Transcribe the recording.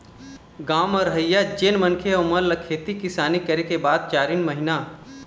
गाँव म रहइया जेन मनखे हे ओेमन ल खेती किसानी करे के बाद चारिन महिना